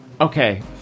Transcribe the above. Okay